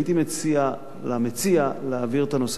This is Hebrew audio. הייתי מציע למציע להעביר את הנושא